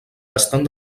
estan